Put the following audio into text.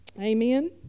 Amen